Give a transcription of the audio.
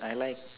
I like